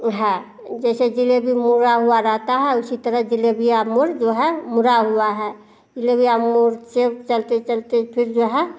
है जैसे जिलेबी मुड़ा हुआ रहता है उसी तरह जिलेबिया मोड़ जो है मुड़ा हुआ है जिलेबिया मोड़ च चलते चलते फिर जो है